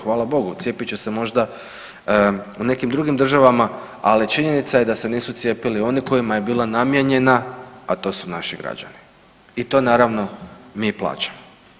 Hvala Bogu cijepit će se možda u nekim drugim državama, ali činjenica je da se nisu cijepili oni kojima je bila namijenjena a to su naši građani i to naravno mi plaćamo.